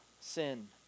sin